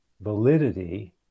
validity